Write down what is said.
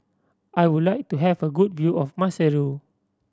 I would like to have a good view of Maseru